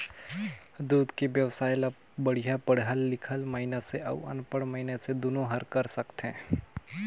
दूद के बेवसाय ल बड़िहा पड़हल लिखल मइनसे अउ अनपढ़ मइनसे दुनो हर कर सकथे